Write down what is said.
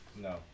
No